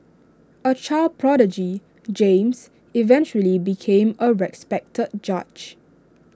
A child prodigy James eventually became A respected judge